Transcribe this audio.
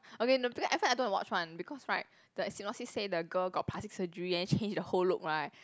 okay no because at first i don't watch one because right the synopsis say the girl got plastic surgery and change the whole look right